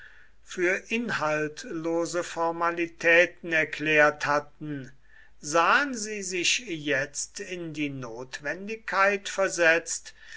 für inhaltlose formalitäten erklärt hatten sahen sie sich jetzt in die notwendigkeit versetzt